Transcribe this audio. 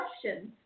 questions